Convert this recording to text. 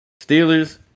Steelers